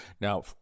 Now